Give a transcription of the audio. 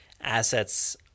assets